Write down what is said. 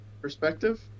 perspective